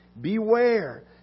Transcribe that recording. beware